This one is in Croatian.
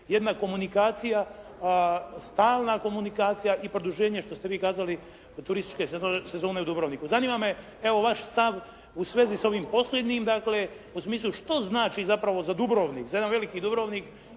jedna komunikacija, stalna komunikacija i produženje što ste vi kazali turističke sezone u Dubrovniku. Zanima me evo vaš stav u svezi s ovim posljednjim dakle u smislu što znači zapravo za Dubrovnik, za jedan veliki Dubrovnik